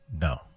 No